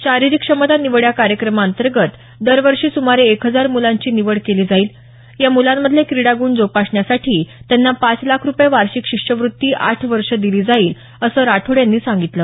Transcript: शारिरिक क्षमता निवड या कार्यक्रमा अंतर्गत दरवर्षी सुमारे एक हजार मुलांची निवड केली जाईल या मुलांमधले क्रीडा गुण जोपासण्यासाठी त्यांना पाच लाख रुपये वार्षिक शिष्यवृत्ती आठ वर्षे दिली जाईल असं राठोड यांनी सांगितलं